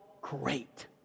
great